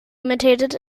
imitated